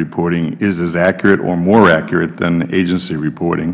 reporting is as accurate or more accurate than agency reporting